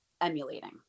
emulating